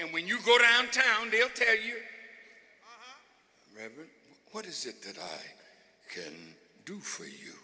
and when you go down town we'll tell you what is it that i can do for you